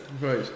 Right